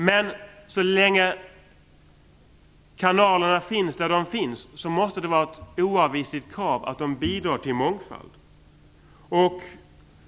Men så länge kanalerna finns där de finns, måste det vara ett oavvisligt krav att de bidrar till mångfalden.